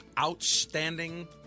outstanding